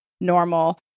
normal